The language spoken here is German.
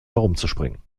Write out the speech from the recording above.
herumzuspringen